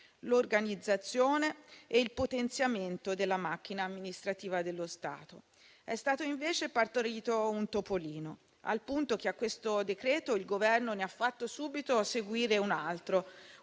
l'organizzazione e il potenziamento della macchina amministrativa dello Stato. È stato invece partorito un topolino, al punto che a questo decreto il Governo ne ha fatto subito seguire un altro: